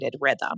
rhythm